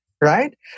Right